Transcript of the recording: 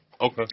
Okay